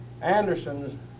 Anderson's